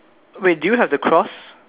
wait did you have the cross